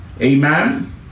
amen